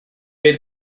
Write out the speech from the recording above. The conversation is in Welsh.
fydd